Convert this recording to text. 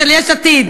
של יש עתיד.